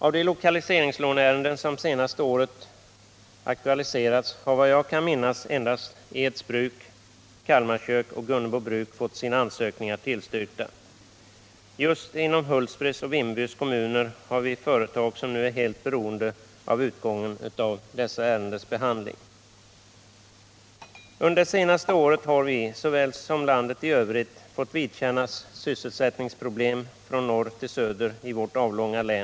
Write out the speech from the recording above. Av de lokaliseringslåneärenden som det senaste året aktualiserats har, vad jag kan minnas, endast Eds Bruk, Kalmar Kök och Gunnebo Bruk fått sina ansökningar tillstyrkta. Just inom Hultsfreds och Vimmerby kommuner har vi företag, som nu är helt beroende av utgången av dessa ärendens behandling. Under det senaste året har vi, såväl som landet i övrigt, fått vidkännas sysselsättningsproblem från norr till söder i vårt avlånga län.